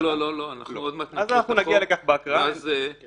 לא לא, אנחנו עוד מעט נקרא את החוק ואז נדבר.